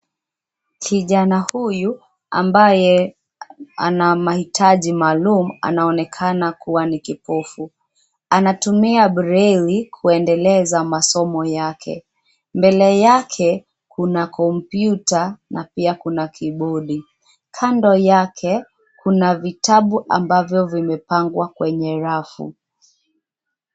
Kijana huyu, ambaye, ana mahitaji maalum anaonekana kuwa ni kipofu. Anatumia braille kuendeleza masomo yake. Mbele yake, kuna komputa na pia kuna kibodi. Kando yake, kuna vitabu ambavyo vimepangwa kwenye rafu.